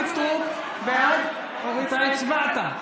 בעד אתה הצבעת.